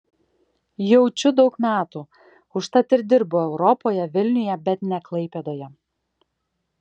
jaučiu daug metų užtat ir dirbu europoje vilniuje bet ne klaipėdoje